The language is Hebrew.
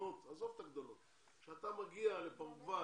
הקטנות עזוב את הגדולות כשאתה מגיע למשל לפרגוואי,